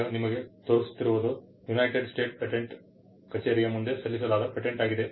ಈಗ ನಿಮಗೆ ತೋರಿಸುತ್ತಿರುವುದು ಯುನೈಟೆಡ್ ಸ್ಟೇಟ್ಸ್ ಪೇಟೆಂಟ್ ಕಚೇರಿಯ ಮುಂದೆ ಸಲ್ಲಿಸಲಾದ ಪೇಟೆಂಟ್ ಆಗಿದೆ